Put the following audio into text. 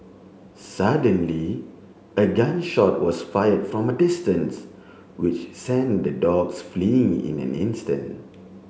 suddenly a gun shot was fire from a distance which sent the dogs fleeing in an instant